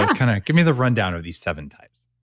yeah kind of give me the rundown of these seven types.